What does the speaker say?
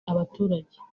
abaturage